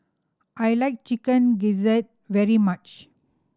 I like Chicken Gizzard very much